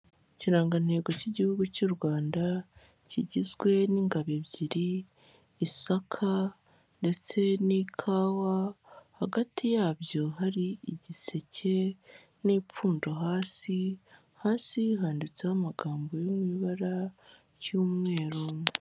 Ikirangantego cy'igihugu cy'u Rwanda kigizwe n'ingabo ebyiri, isaka ndetse n'ikawa, hagati y'abyo hari igiseke n'ipfundo hasi, hasi handitseho amagambo yo mu ibara ry'umweru.